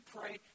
pray